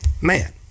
man